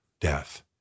death